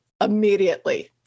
immediately